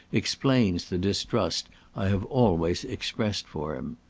explains the distrust i have always expressed for him.